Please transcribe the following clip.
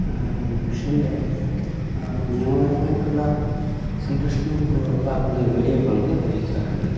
മനുഷ്യൻ്റെ നിയമപരമായിട്ടുള്ള സംരക്ഷണവും കൂടി ഉറപ്പാക്കുന്നതിൽ വലിയ പങ്ക് വഹിക്കാറുണ്ട്